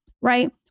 right